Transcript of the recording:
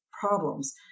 problems